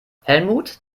helmut